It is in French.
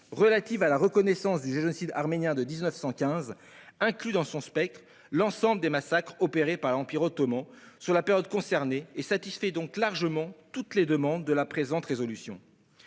relative à la reconnaissance du génocide arménien de 1915 inclut dans son spectre l'ensemble des massacres perpétrés par l'Empire ottoman au cours de la période concernée et satisfait donc largement toutes les demandes de la présente proposition